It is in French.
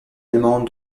allemande